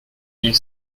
mille